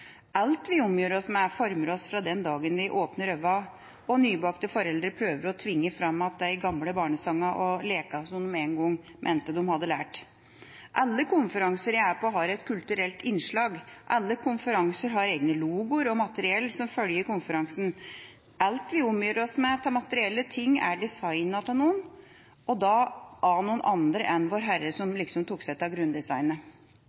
Alt vi omgir oss med, former oss – fra den dagen vi åpner øynene og nybakte foreldre prøver å tvinge fram igjen de gamle barnesangene og lekene som de engang mente de hadde lært. Alle konferanser jeg er på, har et kulturelt innslag. Alle konferanser har egne logoer og materiell som følger konferansen. Alt vi omgir oss med av materielle ting, er designet av noen, og da av noen andre enn Vår Herre, som liksom tok seg av